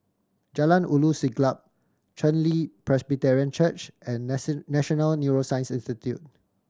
Jalan Ulu Siglap Chen Li Presbyterian Church and National Neuroscience Institute